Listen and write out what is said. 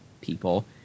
people